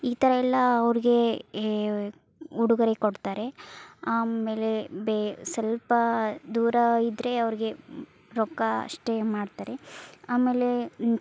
ಈ ಥರ ಎಲ್ಲ ಅವ್ರ್ಗೆ ಏ ಉಡುಗೊರೆ ಕೊಡ್ತಾರೆ ಆಮೇಲೆ ಬೇ ಸ್ವಲ್ಪ ದೂರ ಇದ್ದರೆ ಅವ್ರಿಗೆ ರೊಕ್ಕ ಅಷ್ಟೇ ಮಾಡ್ತಾರೆ ಆಮೇಲೆ